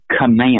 command